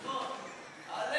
היושב-ראש, אל,